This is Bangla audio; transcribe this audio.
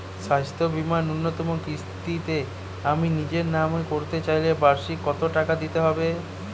স্বাস্থ্য বীমার ন্যুনতম কিস্তিতে আমি নিজের নামে করতে চাইলে বার্ষিক কত টাকা দিতে হবে?